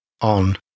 on